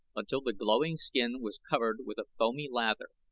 until the glowing skin was covered with a foamy lather,